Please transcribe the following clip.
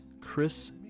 Chris